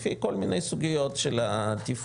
לפי כל מיני סוגיות של התפעול,